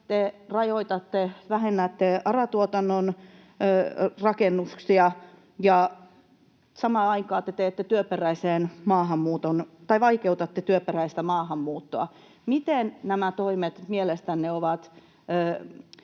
te rajoitatte, vähennätte, ARA-tuotannon rakennuksia ja samaan aikaan te vaikeutatte työperäistä maahanmuuttoa. Mihin nämä toimet mielestänne tulevat